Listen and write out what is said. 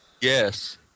yes